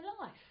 life